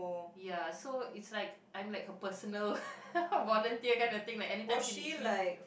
ya so it's like I'm like her personal volunteer kind of thing like anytime she needs me